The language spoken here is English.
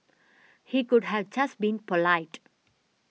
he could have just been polite